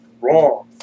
wrong